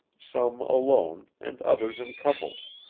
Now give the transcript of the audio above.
some alone and others in couples,